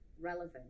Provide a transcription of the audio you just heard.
relevant